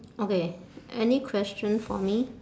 okay any question for me